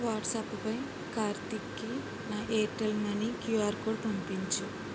వాట్సాప్పై కార్తీక్కి నా Airtel money QR code పంపించు